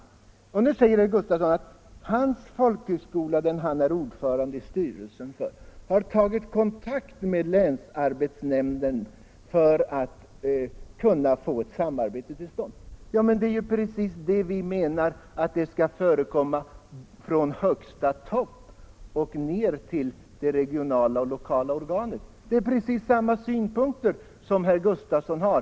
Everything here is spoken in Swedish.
Herr Gustavsson i Alvesta säger att den folkhögskola, där han är ord förande i styrelsen, har tagit kontakt med länsarbetsnämnden för att — Nr 85 få ett samarbete till stånd. Ja, men det är ju precis det vi menar skall Onsdagen den förekomma, från högsta topp och ned till de regionala och lokala organen. 21 maj 1975 Det är precis samma synpunkter som herr Gustavsson framför.